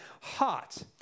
hot